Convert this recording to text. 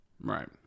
right